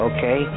Okay